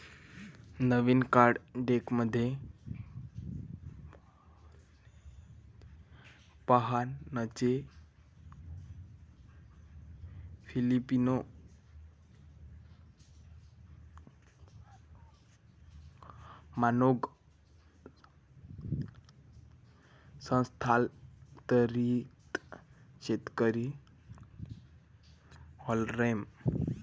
नवीन card डेकमध्ये फाहानचे Filipino manong स्थलांतरित शेतकरी हार्लेम